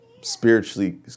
spiritually